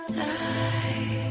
die